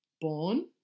born